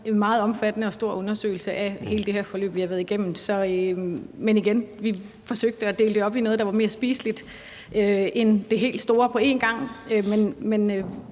en meget omfattende og stor undersøgelse af hele det her forløb, som vi har været igennem. Men igen vil jeg sige, at vi forsøgte at dele det op i noget, der var mere spiseligt end det helt store på en gang.